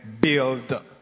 build